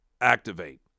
activate